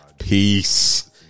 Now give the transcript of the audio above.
Peace